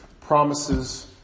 promises